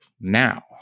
now